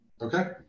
okay